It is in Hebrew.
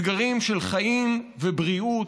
אתגרים של חיים ובריאות,